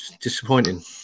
Disappointing